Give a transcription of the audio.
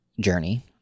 journey